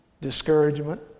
discouragement